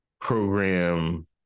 program